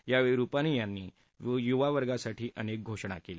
यावेळी रुपानी यांनी य्वावर्गासाठी अनेक घोषणा केल्या